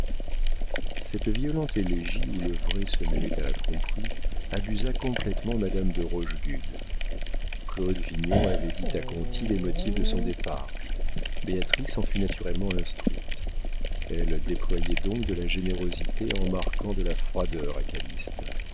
cette violente élégie où le vrai se mêlait à la tromperie abusa complétement madame de rochegude claude vignon avait dit à conti les motifs de son départ béatrix en fut naturellement instruite elle déployait donc de la générosité en marquant de la froideur à